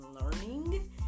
learning